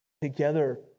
Together